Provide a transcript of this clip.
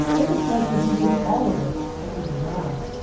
let the judges use all of it like we do now.